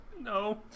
No